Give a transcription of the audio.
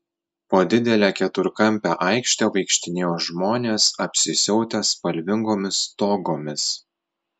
po didelę keturkampę aikštę vaikštinėjo žmonės apsisiautę spalvingomis togomis